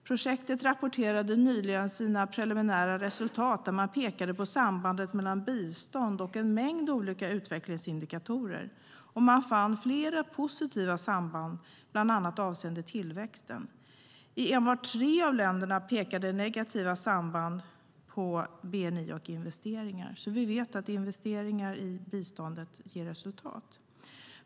Projektet rapporterade nyligen sina preliminära resultat där man pekade på sambandet mellan bistånd och en mängd olika utvecklingsindikatorer. Man fann flera positiva samband bland annat avseende tillväxten. I enbart tre av länderna pekade negativa samband på bni och investeringar. Vi vet att investeringar i biståndet ger resultat.